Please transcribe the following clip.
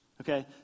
Okay